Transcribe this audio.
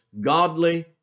godly